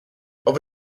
over